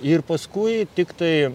ir paskui tiktai